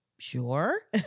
Sure